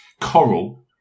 Coral